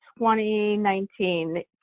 2019